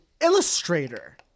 illustrator